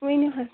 ؤنو حظ